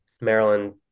Maryland